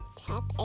tap